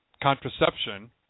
contraception